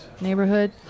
neighborhood